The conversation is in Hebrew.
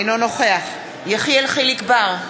אינו נוכח יחיאל חיליק בר,